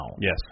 Yes